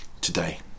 today